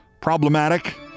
problematic